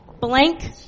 Blank